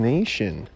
Nation